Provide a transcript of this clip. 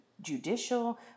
judicial